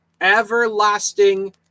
Everlasting